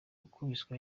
wakubiswe